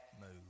move